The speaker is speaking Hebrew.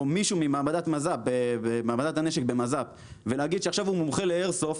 או מישהו ממעבדת הנשק במז"פ ולהגיד שעכשיו הוא מומחה לאיירסופט,